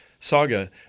Saga